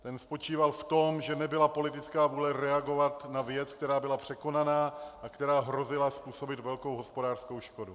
Ten spočíval v tom, že nebyla politická vůle reagovat na věc, která byla překonaná a která hrozila způsobit velkou hospodářskou škodu.